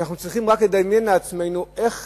ואנחנו צריכים רק לדמיין לעצמנו איך